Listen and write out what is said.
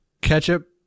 ketchup